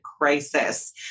crisis